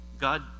God